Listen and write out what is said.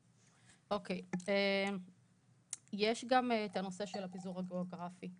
יש גם את הנושא של הפיזור הגיאוגרפי,